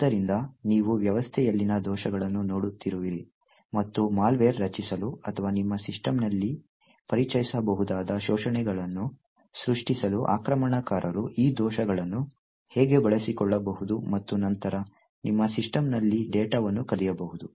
ಆದ್ದರಿಂದ ನೀವು ವ್ಯವಸ್ಥೆಯಲ್ಲಿನ ದೋಷಗಳನ್ನು ನೋಡುತ್ತಿರುವಿರಿ ಮತ್ತು ಮಾಲ್ವೇರ್ ರಚಿಸಲು ಅಥವಾ ನಿಮ್ಮ ಸಿಸ್ಟಂನಲ್ಲಿ ಪರಿಚಯಿಸಬಹುದಾದ ಶೋಷಣೆಗಳನ್ನು ಸೃಷ್ಟಿಸಲು ಆಕ್ರಮಣಕಾರರು ಈ ದೋಷಗಳನ್ನು ಹೇಗೆ ಬಳಸಿಕೊಳ್ಳಬಹುದು ಮತ್ತು ನಂತರ ನಿಮ್ಮ ಸಿಸ್ಟಂನಲ್ಲಿ ಡೇಟಾವನ್ನು ಕದಿಯಬಹುದು